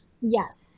yes